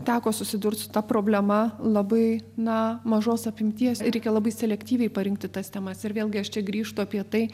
teko susidurt su ta problema labai na mažos apimties reikia labai selektyviai parinkti tas temas ir vėlgi aš čia grįžtu apie tai